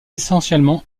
essentiellement